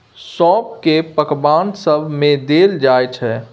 सौंफ केँ पकबान सब मे देल जाइ छै